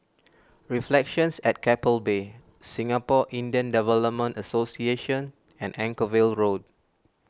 Reflections at Keppel Bay Singapore Indian Development Association and Anchorvale Road